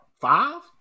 Five